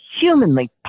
humanly